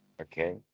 Okay